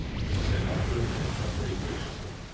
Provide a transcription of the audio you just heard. she said after a minute, not very gradously.